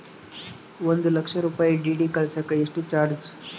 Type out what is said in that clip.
ಒಂದು ಲಕ್ಷ ರೂಪಾಯಿ ಡಿ.ಡಿ ಕಳಸಾಕ ಎಷ್ಟು ಚಾರ್ಜ್?